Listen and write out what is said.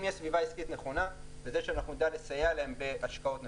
אם יש סביבה עסקית נכונה נדע לסייע להם בהשקעות נכונות.